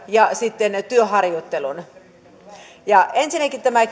ja sitten työharjoittelun ensinnäkin tämä